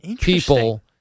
people